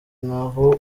naho